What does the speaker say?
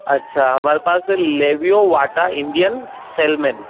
अच्छा हमारे पास है लेबियों वाटर इंडियन सेलमन